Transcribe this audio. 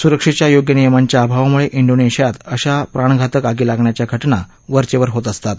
सुरक्षेच्या योग्य नियमांच्या अभावामुळे डीनेशियात अशा प्राणघातक आगी लागण्याच्या घटना वरचेवर होत असतात